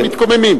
אנחנו מתקוממים.